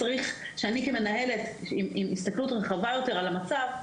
שאני כמנהלת עם הסתכלות רחבה יותר על המצב,